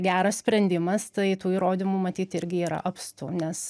geras sprendimas tai tų įrodymų matyt irgi yra apstu nes